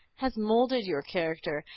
has moulded your character,